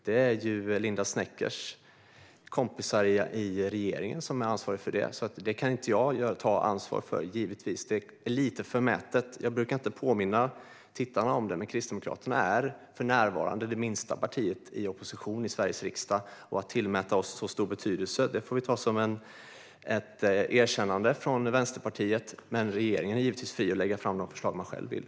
Det är Linda Sneckers kompisar i regeringen som är ansvariga för det. Givetvis kan inte jag ta ansvar för detta. Det vore lite förmätet. Jag brukar inte påminna åhörarna om det, men Kristdemokraterna är för närvarande det minsta partiet i oppositionen i Sveriges riksdag. Att tillmäta oss en sådan stor betydelse får vi ta som ett erkännande från Vänsterpartiet. Regeringen är dock givetvis fri att på riksdagens bord lägga fram de förslag den själv vill.